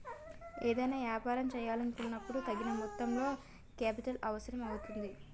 ఏదైనా యాపారం చేయాలనుకున్నపుడు తగిన మొత్తంలో కేపిటల్ అవసరం అవుతుంది